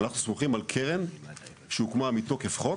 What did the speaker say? אנחנו סמוכים על קרן שהוקמה מתוקף חוק.